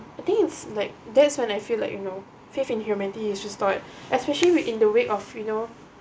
I think it's like that's when I feel like you know faith in humanity is restored especially in the way of you know